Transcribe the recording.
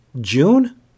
June